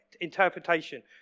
interpretation